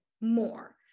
more